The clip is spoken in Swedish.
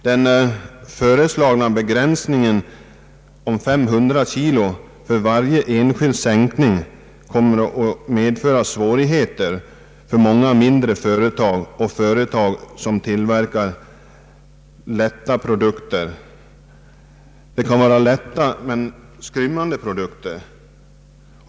Den föreslagna begränsningen till 500 kg för varje enskild sändning kommer att medföra svårigheter för många mindre företag och för sådana företag som tillverkar lätta produkter — det kan vara lätta men skrymmande produkter.